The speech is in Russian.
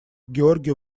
георгий